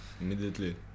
immediately